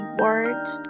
words